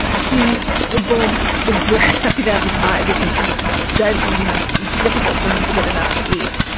he both is very happy to have the pie because he does these. it's difficult for him to get enough to eat.